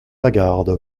lagarde